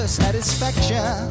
satisfaction